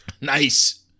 Nice